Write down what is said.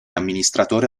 amministratore